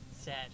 Sad